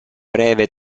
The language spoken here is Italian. breve